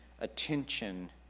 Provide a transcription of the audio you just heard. attention